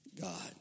God